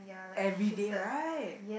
everyday right